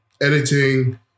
editing